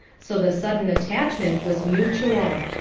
so the sudden attachment was mutual.